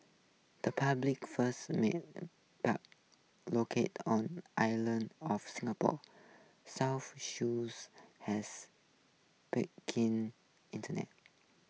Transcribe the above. the Republic's first marine park located on islands off Singapore's southern shores has keen internet